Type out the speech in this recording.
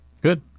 Good